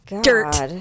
dirt